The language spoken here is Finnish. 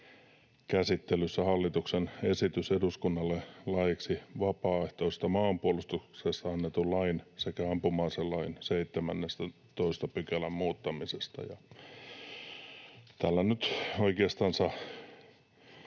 käsittelyssä hallituksen esitys eduskunnalle laeiksi vapaaehtoisesta maanpuolustuksesta annetun lain sekä ampuma-aselain 17 §:n muuttamisesta. Tällä nyt oikeastansa